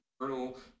eternal